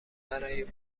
برای